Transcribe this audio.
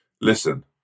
Listen